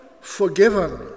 forgiven